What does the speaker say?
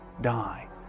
die